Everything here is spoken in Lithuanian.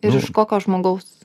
ir iš kokio žmogaus